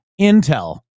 Intel